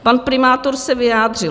Pan primátor se vyjádřil: